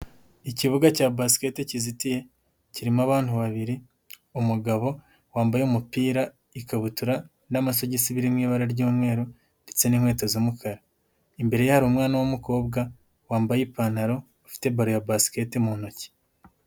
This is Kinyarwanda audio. Ikibuga cya basikete kizitiye, kirimo abantu babiri: umugabo wambaye umupira, ikabutura n'amasogisi biri mu ibara ry'umweru ndetse n'inkweto z'umukara. Imbere ye hari umwana w'umukobwa wambaye ipantaro, afite balo ya basikete mu ntoki.